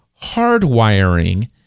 hardwiring